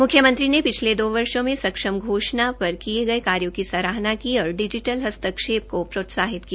मुख्यमंत्री ने पिछले दो वर्षो में सक्षम घोषणा पर किए गए कार्यों की सराहना की और डिजिटल हस्तक्षेप को प्रोत्साहित किया